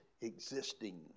existing